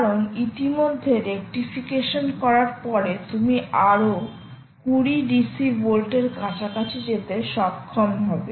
কারণ ইতিমধ্যে রেক্টিফিকেশন করার পরে তুমি আরও 20 DC ভোল্টের কাছাকাছি যেতে সক্ষম হবে